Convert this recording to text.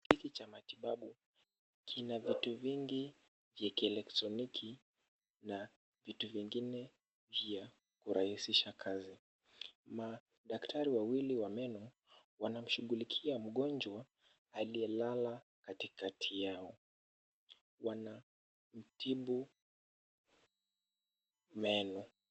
Kiti cha matibabu kina vitu vingi vya kielektroniki na vitu vingine vya kurahisisha kazi. Madaktari wawili wa meno wanamshughulikia mgonjwa aliyelala katikati yao. Wanamtibu meno.